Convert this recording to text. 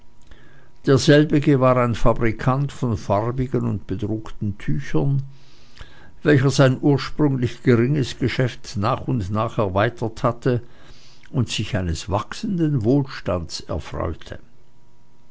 derselbe war ein fabrikant von farbigen und bedruckten tüchern welcher sein ursprünglich geringes geschäft nach und nach erweitert hatte und sich eines wachsenden wohlstandes erfreute